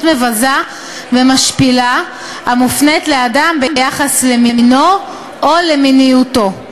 מבזה ומשפילה המופנית לאדם ביחס למינו או למיניותו.